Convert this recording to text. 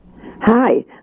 Hi